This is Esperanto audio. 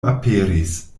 aperis